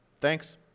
Thanks